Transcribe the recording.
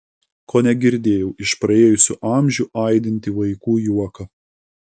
kone girdėjau iš praėjusių amžių aidintį vaikų juoką